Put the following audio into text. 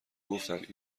گفتند